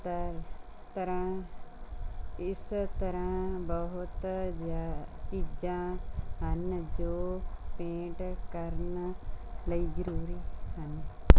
ਤਰ੍ਹਾਂ ਇਸ ਤਰ੍ਹਾਂ ਬਹੁਤ ਚੀਜ਼ਾਂ ਹਨ ਜੋ ਪੇਂਟ ਕਰਨ ਲਈ ਜਰੂਰੀ ਹਨ